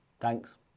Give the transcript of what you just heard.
Thanks